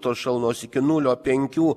tos šalnos iki nulio penkių